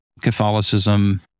Catholicism